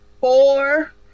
Four